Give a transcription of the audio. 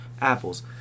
apples